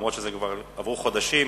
אף שכבר עברו חודשים,